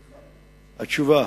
התשובה.